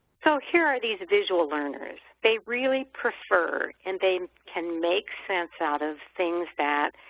so here are these visual learners. they really prefer and they can make sense out of things that